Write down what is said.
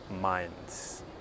minds